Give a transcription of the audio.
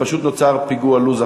פשוט נוצר פיגור בלו"ז.